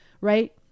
right